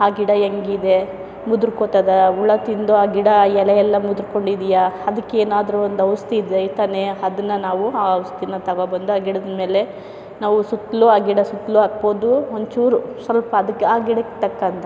ಆ ಗಿಡ ಹೆಂಗಿದೆ ಮುದುರಿಕೊಳ್ತದ ಹುಳು ತಿಂದು ಆ ಗಿಡ ಎಲೆಯೆಲ್ಲ ಮುದುರಿಕೊಂಡಿದೀಯ ಅದಕ್ಕೆ ಏನಾದರೂ ಒಂದು ಔಷ್ಧಿ ಇದೆ ತಾನೆ ಅದನ್ನು ನಾವು ಆ ಔಷ್ಧಿನ ತಗೊಂಡ್ಬಂದು ಆ ಗಿಡದ ಮೇಲೆ ನಾವು ಸುತ್ತಲೂ ಆ ಗಿಡ ಸುತ್ತಲೂ ಹಾಕ್ಬೋದು ಒಂಚೂರು ಸ್ವಲ್ಪ ಅದಕ್ಕೆ ಆ ಗಿಡಕ್ಕೆ ತಕ್ಕಂಥ